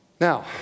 Now